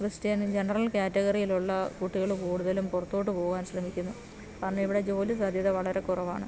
Christian general കാറ്റഗറിയിലുള്ള കുട്ടികള് കൂടുതലും പുറത്തോട്ട് പോകാൻ ശ്രമിക്കുന്നു കാരണം ഇവിടെ ജോലി സാധ്യത വളരെ കുറവാണ്